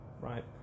right